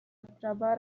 острова